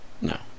No